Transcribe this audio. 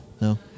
No